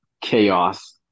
chaos